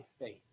faith